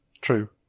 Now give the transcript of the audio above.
true